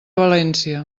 valència